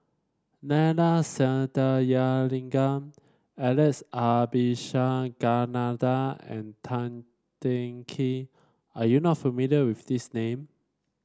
Neila Sathyalingam Alex Abisheganaden and Tan Teng Kee are you not familiar with these name